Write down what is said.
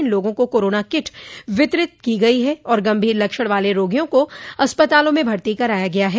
इन लोगों को corona kit वितरित वितरित की गई है और गंभीर लक्षण वाले रोगियों को अस्पतालों में भर्ती कराया गया है